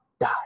die